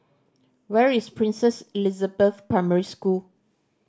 where is Princess Elizabeth Primary School